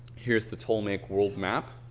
here's the ptolemaic world map